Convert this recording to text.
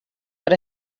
per